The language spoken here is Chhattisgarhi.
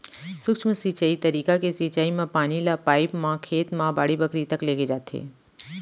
सूक्ष्म सिंचई तरीका के सिंचई म पानी ल पाइप म खेत म बाड़ी बखरी तक लेगे जाथे